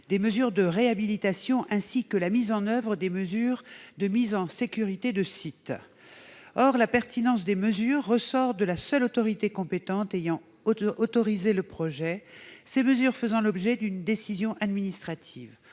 des mesures de réhabilitation ainsi que la mise en oeuvre des mesures de mise en sécurité des sites. Or l'appréciation de la pertinence des mesures ressortit à la seule autorité compétente ayant autorisé le projet, ces mesures faisant l'objet d'une décision administrative.